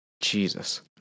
jesus